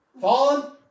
fallen